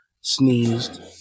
sneezed